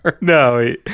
No